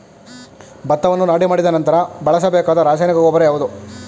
ಭತ್ತವನ್ನು ನಾಟಿ ಮಾಡಿದ ನಂತರ ಬಳಸಬೇಕಾದ ರಾಸಾಯನಿಕ ಗೊಬ್ಬರ ಯಾವುದು?